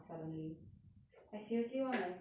I seriously want to go and take it